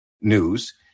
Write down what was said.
news